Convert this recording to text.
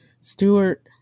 Stewart